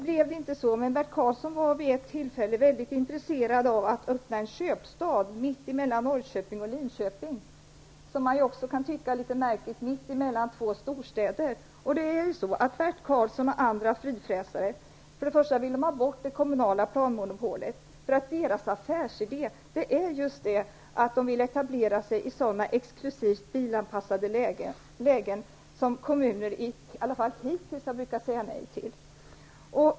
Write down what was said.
Bert Karlsson var vid ett tillfälle mycket intresserad av att öppna en köpstad mitt emellan Norrköping och Linköping, alltså mitt emellan två storstäder, något som man kan tycka är litet märkligt. Nu blev det inte så. Bert Karlsson och andra frifräsare vill ha bort det kommunala planmonopolet, därför att deras affärsidé är att etablera sig i exklusivt bilanpassade lägen. Det är något som kommuner i alla fall hittills har brukat säga nej till.